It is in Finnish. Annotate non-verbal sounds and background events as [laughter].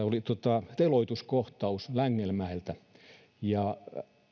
[unintelligible] oli teloituskohtaus längelmäeltä ja